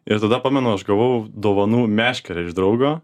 ir tada pamenu aš gavau dovanų meškerę iš draugo